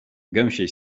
gęsiej